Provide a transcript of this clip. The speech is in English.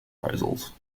proposals